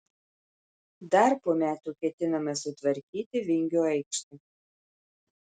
dar po metų ketinama sutvarkyti vingio aikštę